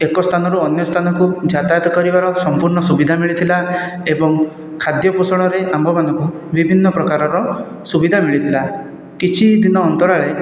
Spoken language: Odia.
ଏକ ସ୍ଥାନରୁ ଅନ୍ୟ ସ୍ଥାନକୁ ଯାତାୟାତ କରିବାର ସମ୍ପୂର୍ଣ୍ଣ ସୁବିଧା ମିଳିଥିଲା ଏବଂ ଖାଦ୍ୟ ପୋଷଣରେ ଆମ୍ଭମାନଙ୍କୁ ବିଭିନ୍ନ ପ୍ରକାରର ସୁବିଧା ମିଳିଥିଲା କିଛିଦିନ ଅନ୍ତରାଳେ